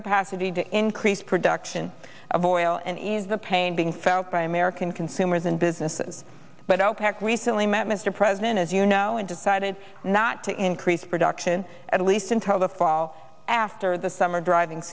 capacity to increase production of oil and ease the pain being felt by american consumers and businesses but opec recently met mr president as you know and decided not to increase production at least until the fall after the summer driving